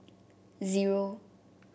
zero